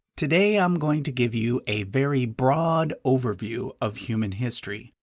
today i'm going to give you a very broad overview of human history.